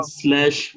slash